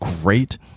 great